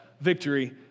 victory